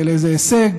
של איזה הישג,